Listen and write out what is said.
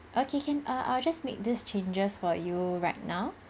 okay can err I'll just make this changes for you right now